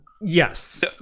Yes